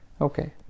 Okay